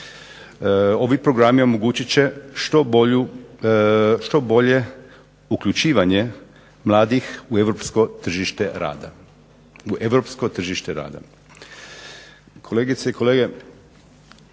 "Ovi programi omogućit će što bolje uključivanje mladih u europsko tržište rada." Kolegice i kolege,